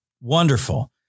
Wonderful